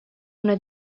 una